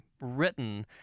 written